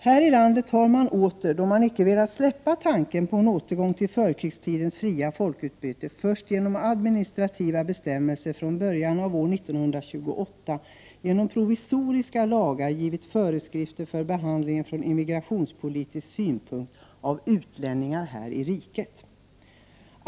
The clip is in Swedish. Här i landet har man åter, då man icke velat släppa tanken på en återgång till förkrigstidens fria folkutbyte, först genom administrativa bestämmelser från början av år 1928 genom provisoriska lagar givit föreskrifter för behandlingen från immigrationspolitisk synpunkt av utlänningar här i riket.